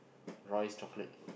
Royce chocolate